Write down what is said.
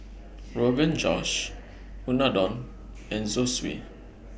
Rogan Josh Unadon and Zosui